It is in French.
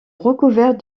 recouverte